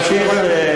אני יכול להמשיך?